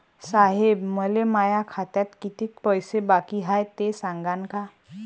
साहेब, मले माया खात्यात कितीक पैसे बाकी हाय, ते सांगान का?